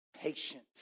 patience